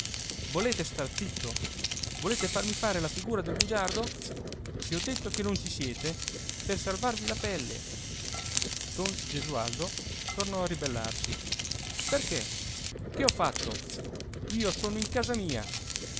volete star zitto volete farmi fare la figura di bugiardo se ho detto che non ci siete per salvarvi la pelle don gesualdo tornò a ribellarsi perchè che ho fatto io sono in casa mia